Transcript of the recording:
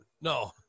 No